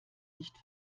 nicht